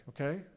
okay